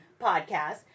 podcast